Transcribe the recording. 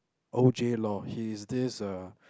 O_J-Law he is this uh